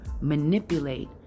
manipulate